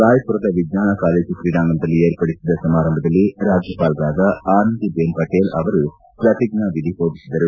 ರಾಯ್ಪುರದ ವಿಜ್ಞಾನ ಕಾಲೇಜು ಕ್ರೀಡಾಂಗಣದಲ್ಲಿ ಏರ್ಪಡಿಸಿದ ಸಮಾರಂಭದಲ್ಲಿ ರಾಜ್ಯಪಾಲರಾದ ಆನಂದಿ ಬೆನ್ ಪಟೇಲ್ ಅವರು ಪ್ರತಿಜ್ಞಾ ವಿಧಿ ಬೋಧಿಸಿದರು